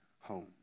home